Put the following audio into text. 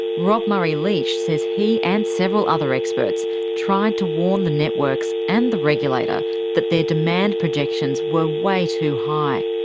rob murray-leach says he and several other experts tried to warn the networks and the regulator that their demand projections were way too high.